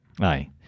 Aye